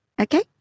okay